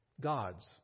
Gods